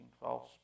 false